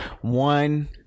one